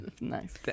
Nice